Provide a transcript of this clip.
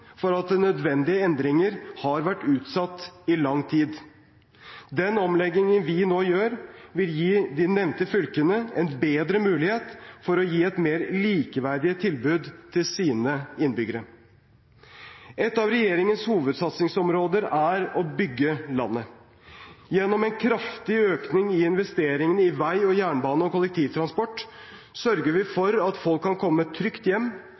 for at nødvendige endringer har vært utsatt i lang tid. Den omleggingen vi nå gjør, vil gi de nevnte fylkene en bedre mulighet til å gi et mer likeverdig tilbud til sine innbyggere. Et av regjeringens hovedsatsingsområder er å bygge landet. Gjennom en kraftig økning i investeringene i vei, jernbane og kollektivtransport sørger vi for at folk kan komme trygt hjem,